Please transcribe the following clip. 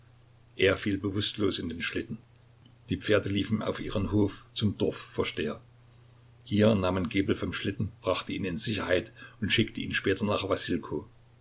er fiel bewußtlos in den schlitten die pferde liefen auf ihren hof zum dorfvorsteher hier nahm man gebel vom schlitten brachte ihn in sicherheit und schickte ihn später nach wassilkow